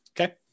okay